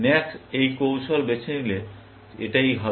max এই কৌশল বেছে নিলে এটাই হবে